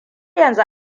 yanzu